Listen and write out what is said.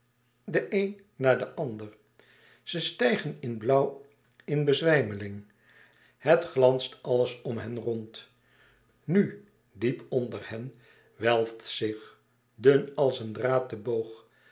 de een na den ander ze stijgen in blauw in bezwijmeling het glanst alles om hen rond nu diep onder hen welft zich dun als een draad de boog